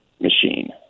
machine